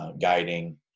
guiding